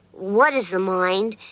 what is the mind.